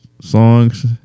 Songs